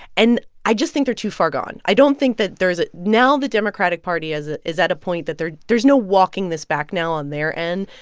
and i just think they're too far gone. i don't think that there is ah now the democratic party is ah is at a point that there's no walking this back now on their end.